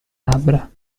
labbra